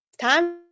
time